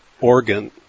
organ